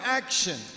action